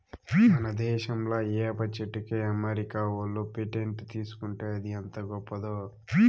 మన దేశంలా ఏప చెట్టుకి అమెరికా ఓళ్ళు పేటెంట్ తీసుకుంటే అది ఎంత గొప్పదో